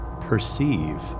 perceive